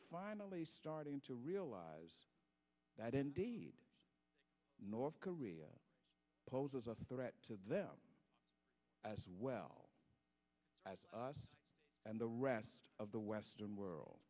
finally starting to realize that indeed north korea poses a threat to them as well as us and the rest of the western world